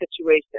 situation